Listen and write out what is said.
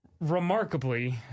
remarkably